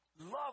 Love